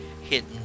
hidden